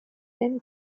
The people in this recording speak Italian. temi